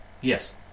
Yes